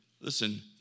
listen